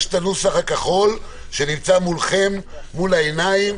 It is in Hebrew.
וכן תיקונים לכל ההסדר שקשור בצווי הסגירה המינהליים,